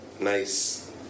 nice